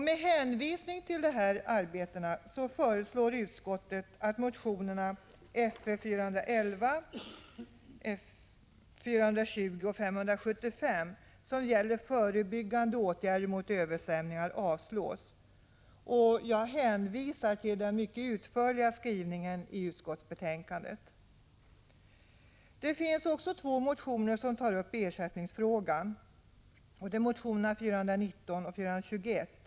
Med hänvisning till de pågående arbetena föreslår utskottsmajoriteten att motionerna 1985 86:Fö420 och 1985 86:Fö419 och 1985/86:Fö421.